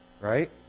right